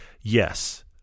yes